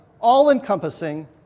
all-encompassing